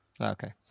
Okay